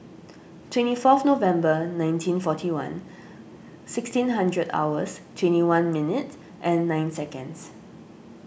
twenty four November nineteen forty one sixteen hours twenty one minutes and nine seconds